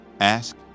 Ask